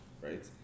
right